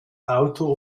auto